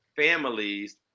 families